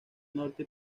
norte